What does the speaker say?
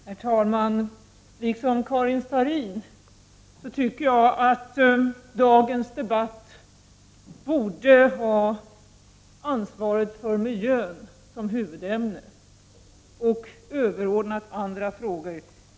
Herr talman! Liksom Karin Starrin tycker jag att dagens debatt borde ha ansvaret för miljön som huvudämne, överordnat andra frågor.